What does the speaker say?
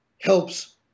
helps